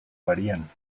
varían